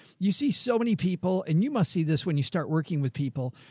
you see so many people, and you must see this when you start working with people,